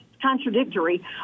contradictory